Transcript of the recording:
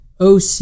OC